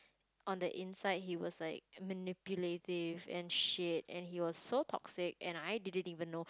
on the inside he was like manipulative and shit and he was so toxic and I didn't even know